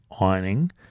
ironing